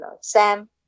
Sam